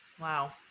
wow